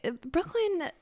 Brooklyn